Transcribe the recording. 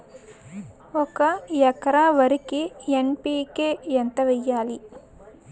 ఒక ఎకర వరికి ఎన్.పి.కే ఎంత వేయాలి?